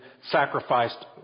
sacrificed